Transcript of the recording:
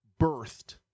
birthed